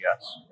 Yes